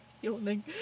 Yawning